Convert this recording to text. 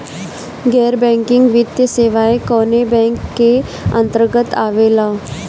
गैर बैंकिंग वित्तीय सेवाएं कोने बैंक के अन्तरगत आवेअला?